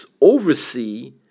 oversee